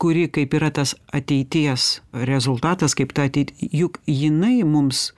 kuri kaip yra tas ateities rezultatas kaip tą ateiti juk jinai mums